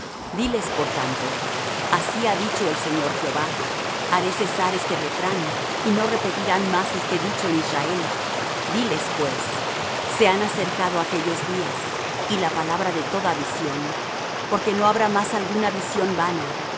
diles por tanto así ha dicho el señor jehová haré cesar este refrán y no repetirán más este dicho en israel diles pues se han acercado aquellos días y la palabra de toda visión porque no habrá más alguna visión vana